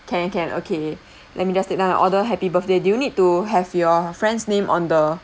can can okay let me just take down your order happy birthday do you need to have your friend's name on the